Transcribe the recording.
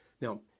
Now